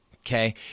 okay